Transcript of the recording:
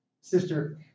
Sister